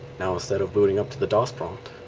now instead of booting up to the dos prompt